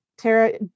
Tara